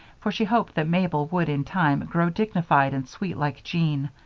for she hoped that mabel would in time grow dignified and sweet like jean,